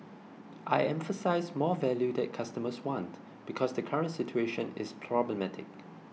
I emphasised 'more value that customers want' because the current situation is problematic